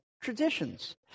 traditions